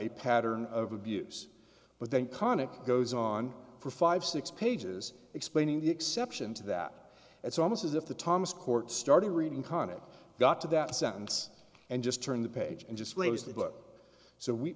a pattern of abuse but then connick goes on for five six pages explaining the exception to that it's almost as if the thomas court started reading conic got to that sentence and just turned the page and just raised the book so we